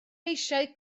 eisiau